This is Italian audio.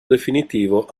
definitivo